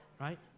Right